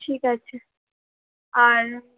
ঠিক আছে আর